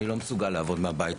אני לא מסוגל לעבוד מהבית,